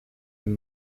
fait